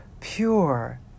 pure